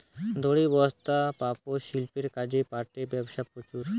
দড়ি, বস্তা, পাপোষ, শিল্পের কাজে পাটের ব্যবহার প্রচুর